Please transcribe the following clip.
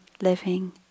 living